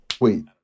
Wait